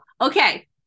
Okay